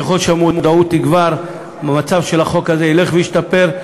ככל שהמודעות תגבר והמצב של החוק הזה ילך וישתפר,